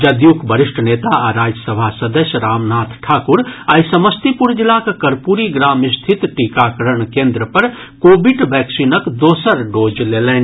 जदयूक वरिष्ठ नेता आ राज्यसभा सदस्य रामनाथ ठाकुर आइ समस्तीपुर जिलाक कर्पूरी ग्राम स्थित टीकाकरण केन्द्र पर कोविड वैक्सीनक दोसर डोज लेलनि